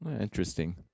Interesting